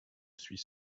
suis